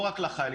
לא רק לחיילים.